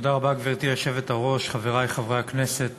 רם חברי חבר הכנסת